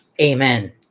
amen